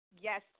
Yes